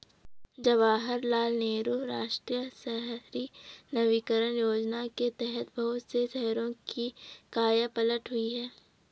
जवाहरलाल नेहरू राष्ट्रीय शहरी नवीकरण योजना के तहत बहुत से शहरों की काया पलट हुई है